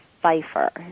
Pfeiffer